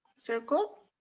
circle.